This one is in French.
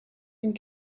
une